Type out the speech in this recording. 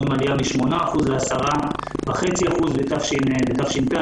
אנחנו רואים עלייה מ-8% ל-10.5% בתש"ף.